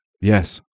yes